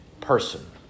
person